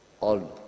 on